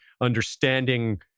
understanding